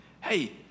Hey